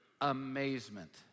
amazement